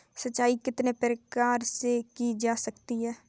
सिंचाई कितने प्रकार से की जा सकती है?